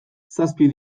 zazpi